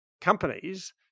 companies